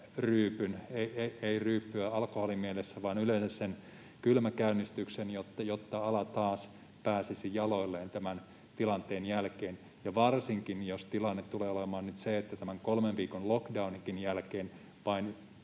ryypyn. Ei ryyppyä alkoholimielessä vaan yleensä sen kylmäkäynnistyksen, jotta ala taas pääsisi jaloilleen tämän tilanteen jälkeen, varsinkin, jos tilanne tulee olemaan nyt se, että tämän kolmen viikon lockdowninkin jälkeen vain